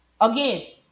Again